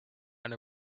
and